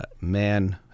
man